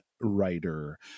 writer